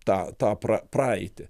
tą tą pra praeitį